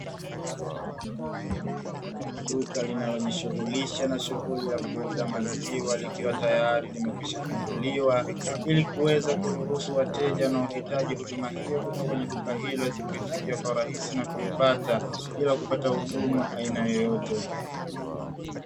Duka linalojishughulisha na shughuli ya kuuza maziwa likiwa tayari limekwishafunguliwa, ili kuweza kuruhusu wateja wanaohitaji huduma hiyo kutoka kwenye duka hilo kuweza kuifikia kwa urahisi na kuipata, bila kupata ugumu wa aina yoyote.